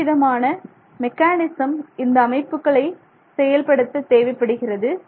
எந்த விதமான மெக்கானிசம் இந்த அமைப்புகளை செயல்படுத்த தேவைப்படுகிறது